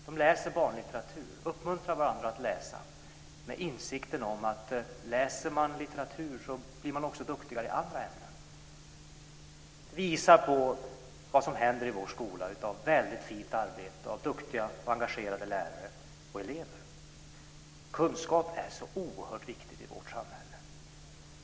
De läser barnlitteratur och uppmuntrar varandra att läsa med insikten om att om man läser litteratur blir man också duktigare i andra ämnen. Det visar vad som händer i vår skola. Det är ett väldigt fint arbete av duktiga och engagerade lärare och elever. Kunskap är så oerhört viktigt i vårt samhälle.